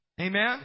Amen